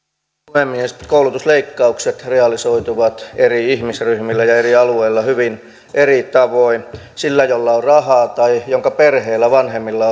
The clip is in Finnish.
puhemies koulutusleikkaukset realisoituvat eri ihmisryhmillä ja eri alueilla hyvin eri tavoin sillä jolla on rahaa tai jonka perheellä vanhemmilla